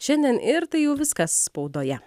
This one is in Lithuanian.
šiandien ir tai jau viskas spaudoje